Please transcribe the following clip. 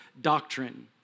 doctrine